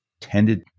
tended